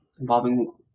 involving